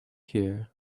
here